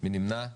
מי נמנע?